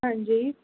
ਹਾਂਜੀ